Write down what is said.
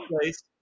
place